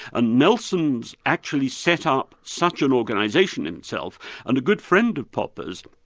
ah nelson actually set up such an organisation himself and a good friend of popper's,